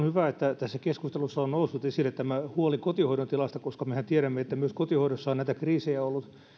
hyvä että tässä keskustelussa on noussut esille tämä huoli kotihoidon tilasta koska mehän tiedämme että myös kotihoidossa on näitä kriisejä ollut